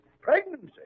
Pregnancy